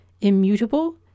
immutable